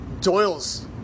Doyle's